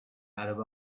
arab